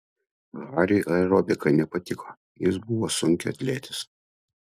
hariui aerobika nepatiko jis buvo sunkiaatletis